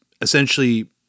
essentially